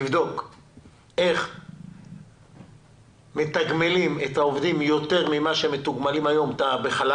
יש לבדוק איך מתגמלים את העובדים יותר ממה שהחל"ת מתגמל אותם,